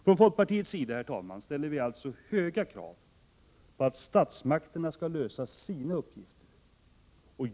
Från folkpartiet ställer vi alltså höga krav på att statsmakterna skall lösa sina uppgifter.